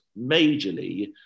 majorly